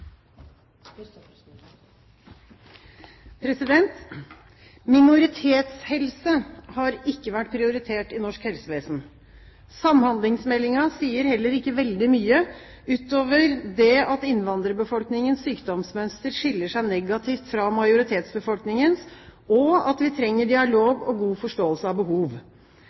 har ikke vært prioritert i norsk helsevesen. Samhandlingsmeldingen sier heller ikke veldig mye, utover det at innvandrerbefolkningens sykdomsmønster skiller seg negativt ut fra majoritetsbefolkningens, og at vi trenger dialog og god forståelse av behov.